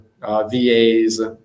VAs